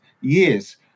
years